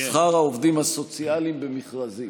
שכר העובדים הסוציאליים במכרזים.